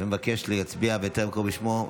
ומבקש להצביע וטרם קראו בשמו?